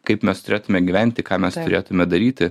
kaip mes turėtume gyventi ką mes turėtume daryti